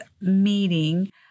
meeting